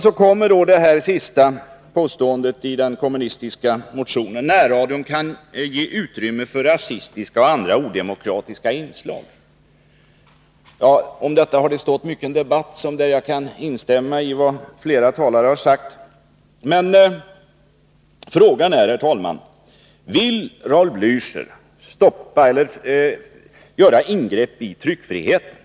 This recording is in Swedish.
Så kommer då det sista påståendet i den kommunistiska motionen, att närradion kan ge utrymme för rasistiska och andra odemokratiska inslag. Ja, om detta har det här och nu stått mycken debatt. Jag kan instämma i vad flera talare har sagt. Men, herr talman, frågan är: Vill Raul Blächer göra ingrepp i tryckfriheten?